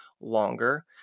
longer